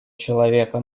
человека